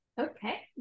Okay